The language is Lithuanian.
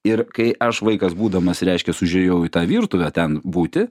ir kai aš vaikas būdamas reiškias užėjau į tą virtuvę ten būti